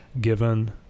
given